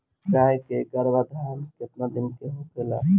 गाय के गरभाधान केतना दिन के होला?